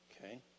Okay